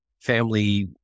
family